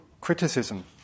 criticism